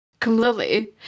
Completely